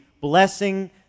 blessing